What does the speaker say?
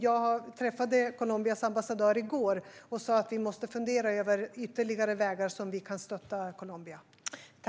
Jag träffade Colombias ambassadör i går och sa att vi måste fundera över ytterligare sätt för oss att stötta Colombia.